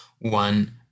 one